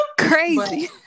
Crazy